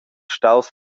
staus